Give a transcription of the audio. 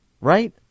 right